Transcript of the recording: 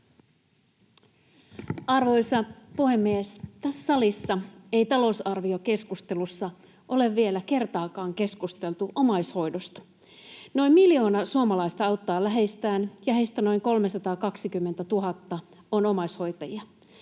Arvoisa puhemies! Tässä salissa ei talousarviokeskustelussa ole vielä kertaakaan keskusteltu omaishoidosta. Noin miljoona suomalaista auttaa läheistään, ja heistä noin 320 000 on omaishoitajia.